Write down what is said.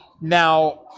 Now